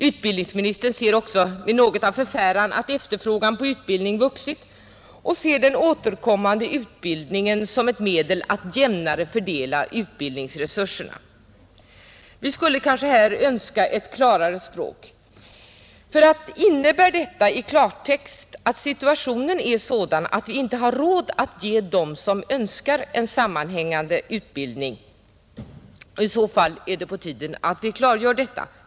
Utbildningsministern ser också med något av förfäran att efterfrågan på utbildning har vuxit och betraktar den återkommande utbildningen som ett medel att jämnare fördela utbildningsresurserna. Jag skulle kanske här önska ett klarare språk. Innebär detta i klartext att situationen i dag är sådan att vi inte har råd att ge dem som så önskar en sammanhängande utbildning? I så fall är det på tiden att den uppfattningen klargörs.